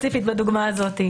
ספציפית בדוגמה הזאת.